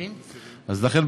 לכן,